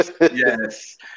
Yes